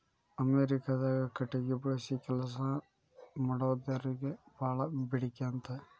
ಅಮೇರಿಕಾದಾಗ ಕಟಗಿ ಬಳಸಿ ಕೆಲಸಾ ಮಾಡಾರಿಗೆ ಬಾಳ ಬೇಡಿಕೆ ಅಂತ